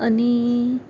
અને